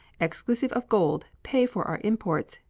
exclusive of gold, pay for our imports,